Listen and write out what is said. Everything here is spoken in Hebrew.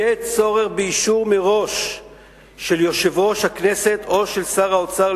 יהיה צורך באישור מראש של יושב-ראש הכנסת או של שר האוצר,